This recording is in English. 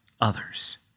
others